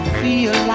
feel